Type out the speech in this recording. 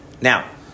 Now